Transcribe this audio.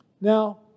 Now